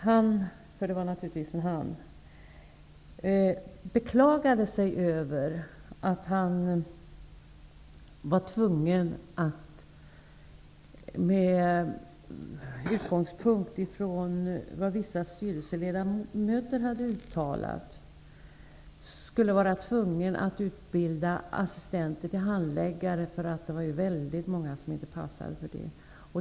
Han -- det var naturligtvis en manlig chef -- beklagade sig över att han med utgångspunkt ifrån vad vissa styrelseledamöter hade uttalat skulle vara tvungen att utbilda assistenter till handläggare. Han ansåg att det var väldigt många som inte passade för det.